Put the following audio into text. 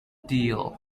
deal